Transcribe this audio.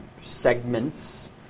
segments